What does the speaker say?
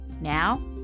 Now